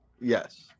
Yes